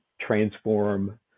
transform